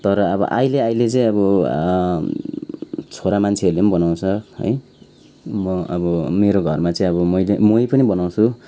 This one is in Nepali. तर अब अहिले अहिले चाहिँ अब छोरा मान्छेहरूले पनि बनाउँछ है म अब मेरो घरमा चाहिँ अब मैले मै पनि बनाउँछु